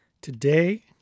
Today